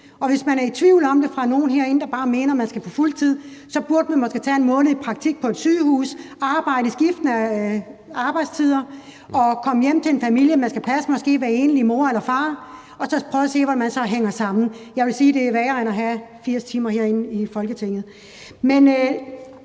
herinde er i tvivl om det og bare mener, at man skal gå på fuld tid, burde man måske tage en måned i praktik på et sygehus, have skiftende arbejdstider, komme hjem til en familie, man skal passe – man er måske enlig mor eller far – og så prøve at se, hvordan man så hænger sammen. Jeg vil sige, at det er værre end at have 80 timer herinde i Folketinget.